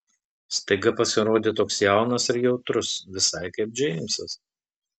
staiga pasirodė toks jaunas ir jautrus visai kaip džeimsas